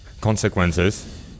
consequences